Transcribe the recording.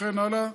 וכן הלאה.